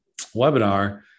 webinar